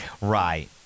Right